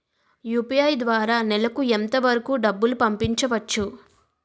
UPI ద్వారా నెలకు ఎంత వరకూ డబ్బులు పంపించవచ్చు?